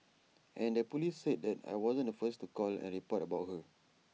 and the Police said that I wasn't the first to call and report about her